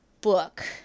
book